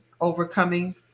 Overcoming